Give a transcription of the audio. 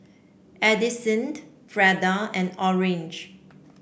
Addisyn Freda and Orange